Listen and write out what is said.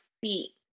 feet